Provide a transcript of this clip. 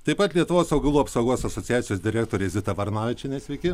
taip pat lietuvos augalų apsaugos asociacijos direktorė zita varanavičienė sveiki